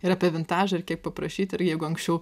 ir apie vintažą ir kaip paprašyti ir jeigu anksčiau